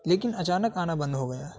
لیکن اچانک آنا بند ہو گیا